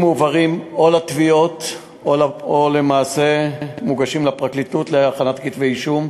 התיקים או מועברים לתביעות או מוגשים לפרקליטות להכנת כתבי אישום.